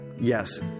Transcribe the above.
Yes